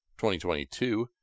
2022